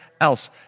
else